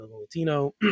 Latino